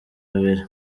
babiri